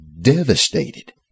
devastated